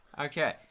Okay